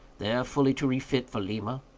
there fully to refit for lima,